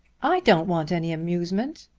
i don't want any amusement.